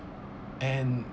and